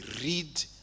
read